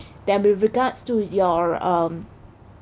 then with regards to your um